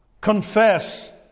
Confess